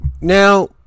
Now